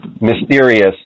mysterious